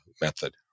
method